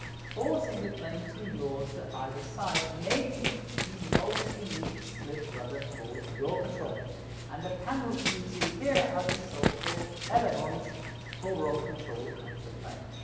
forcing the plane to yaw to either side making it the most unique split rudder for yaw control and the panels you see here are the so-called elevons for roll control of the plane.